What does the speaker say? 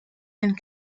and